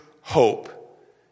hope